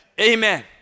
Amen